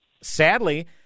sadly